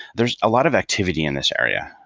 there is a lot of activity in this area.